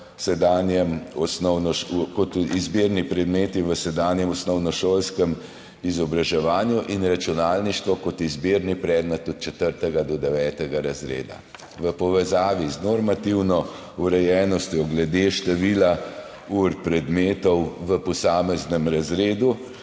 izbirni predmeti v sedanjem osnovnošolskem izobraževanju, in računalništvo kot izbirni predmet od 4. do 9. razreda. V povezavi z normativno urejenostjo glede števila ur predmetov v posameznem razredu,